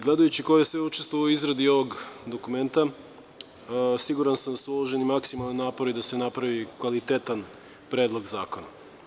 Gledajući ko je sve učestvovao u izradi ovog dokumenta, siguran sam da su uloženi maksimalni napori da se napravi kvalitetan predlog zakona.